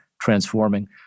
transforming